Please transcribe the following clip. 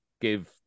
give